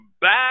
back